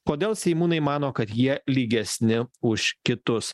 kodėl seimūnai mano kad jie lygesni už kitus